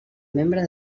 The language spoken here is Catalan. membre